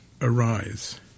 arise